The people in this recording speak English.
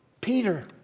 Peter